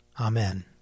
Amen